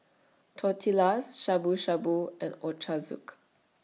Tortillas Shabu Shabu and Ochazuke